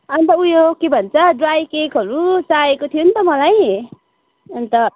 अन्त उयो के भन्छ ड्राई केकहरू चाहिएको थियो नि त मलाई अन्त